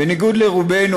בניגוד לרובנו,